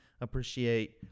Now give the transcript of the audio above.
appreciate